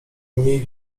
niej